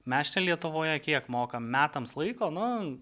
mes čia lietuvoje kiek mokam metams laiko nu